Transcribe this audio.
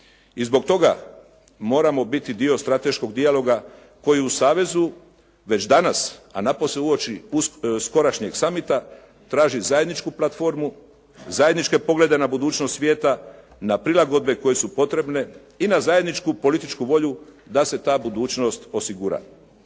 I zbog toga moramo biti dio strateškog dijaloga koji u savezu, već danas, a napose uoči skorašnjeg summita traži zajedničku platformu, zajedničke poglede na budućnost svijeta, na prilagodbe koje su potrebne i na zajedničku političku volju da se ta budućnost osigura.